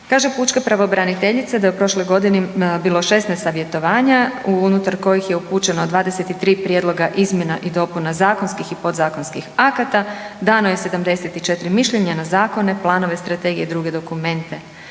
Kaže pučka pravobraniteljica da je u prošloj godini bilo 16 savjetovanja unutar kojih je upućeno 23 prijedloga izmjena i dopuna zakonskih i podzakonskih akata, dano je 74 mišljenja na zakone, planove, strategije i druge dokumente.